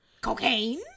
Cocaine